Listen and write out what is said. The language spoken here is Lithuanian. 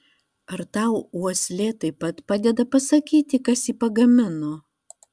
ar tau uoslė taip pat padeda pasakyti kas jį pagamino